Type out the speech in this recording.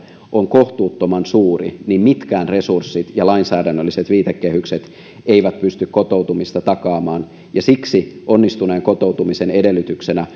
on kohtuuttoman suuri niin mitkään resurssit ja lainsäädännölliset viitekehykset eivät pysty kotoutumista takaamaan ja siksi onnistuneen kotoutumisen edellytyksenä